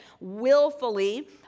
willfully